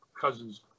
cousin's